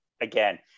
again